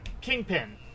Kingpin